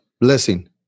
blessing